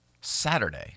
Saturday